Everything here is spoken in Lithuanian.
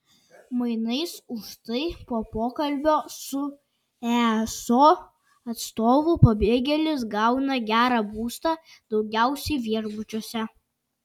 mainais už tai po pokalbio su easo atstovu pabėgėlis gauna gerą būstą daugiausiai viešbučiuose